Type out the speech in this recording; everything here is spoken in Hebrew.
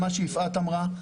מה שיפעת אמרה,